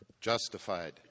justified